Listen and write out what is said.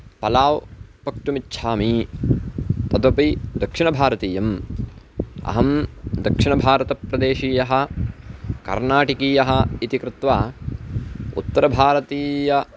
पलाव् पक्तुमिच्छामि तदपि दक्षिणभारतीयम् अहं दक्षिणभारतप्रदेशीयः कर्नाटिकीयः इति कृत्वा उत्तरभारतीय